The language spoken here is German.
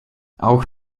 auch